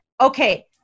okay